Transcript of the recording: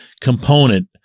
component